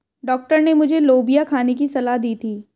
doctor ने मुझे लोबिया खाने की सलाह दी थी